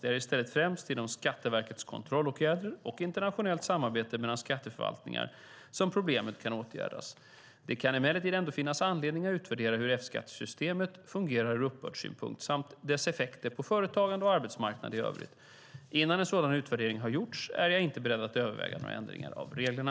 Det är i stället främst genom Skatteverkets kontrollåtgärder och internationellt samarbete mellan skatteförvaltningar som problemet kan åtgärdas. Det kan emellertid ändå finnas anledning att utvärdera hur F-skattesystemet fungerar ur uppbördssynpunkt samt dess effekter på företagande och arbetsmarknad i övrigt. Innan en sådan utvärdering har gjorts är jag inte beredd att överväga några ändringar av reglerna.